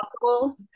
possible